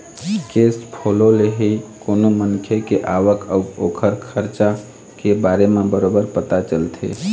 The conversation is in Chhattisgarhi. केस फोलो ले ही कोनो मनखे के आवक अउ ओखर खरचा के बारे म बरोबर पता चलथे